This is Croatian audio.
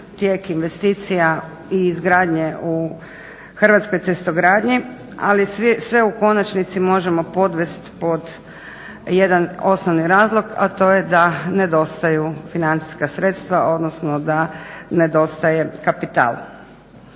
tijek investicija i izgradnje u hrvatskoj cestogradnji ali sve u konačnici možemo podvesti pod jedan osnovni razlog, a to je da nedostaju financijska sredstva odnosno da nedostaje kapital.